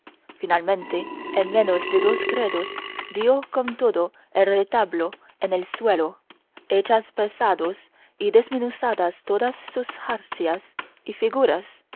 finalmente en menos de dos credos dio con todo el retablo en el suelo hechas pedazos y desmenuzadas todas sus jarcias y figuras